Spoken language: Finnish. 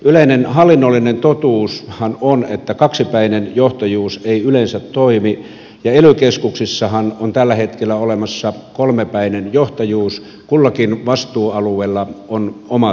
yleinen hallinnollinen totuushan on että kaksipäinen johtajuus ei yleensä toimi ja ely keskuksissahan on tällä hetkellä olemassa kolmepäinen johtajuus kullakin vastuualueella on omat johtajansa